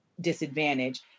disadvantage